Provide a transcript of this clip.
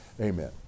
Amen